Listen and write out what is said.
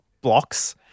blocks